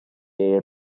air